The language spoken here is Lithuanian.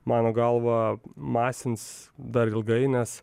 mano galva masins dar ilgai nes